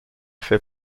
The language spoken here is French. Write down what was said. fait